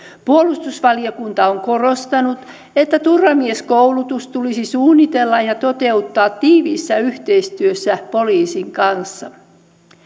puolustusvaliokunta on korostanut että turvamieskoulutus tulisi suunnitella ja toteuttaa tiiviissä yhteistyössä poliisin kanssa